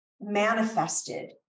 manifested